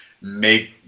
make